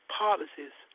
policies